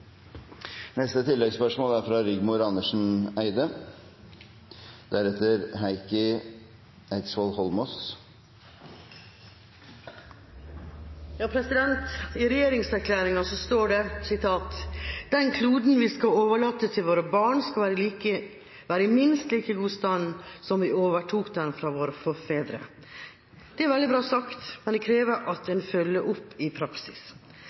Rigmor Andersen Eide – til oppfølgingsspørsmål. I regjeringserklæringa står det: «Den kloden vi skal overlate til våre barn skal være i minst like god stand som vi overtok den fra våre forfedre.» Det er veldig bra sagt, men det krever at en følger opp i praksis.